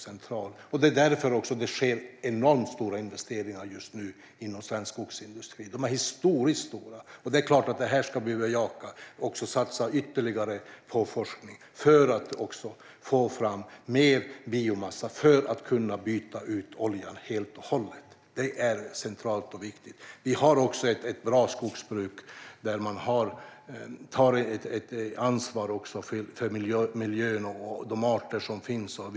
Det är också därför som det sker enormt stora investeringar just nu inom svensk skogsindustri. De är historiskt stora. Det är klart att detta ska vi bejaka. Vi ska också satsa ytterligare på forskning för att få fram mer biomassa och kunna byta ut oljan helt och hållet. Det är centralt och viktigt. Vi har ett bra och hållbart skogsbruk, som tar ansvar för miljön och de arter som finns där.